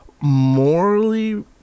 morally